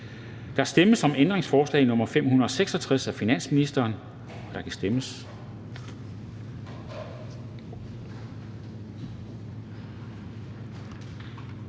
Der stemmes om ændringsforslag nr. 566 af finansministeren, og der kan stemmes.